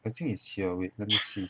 I think is here wait let me see